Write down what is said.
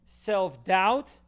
Self-doubt